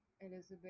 elizabeth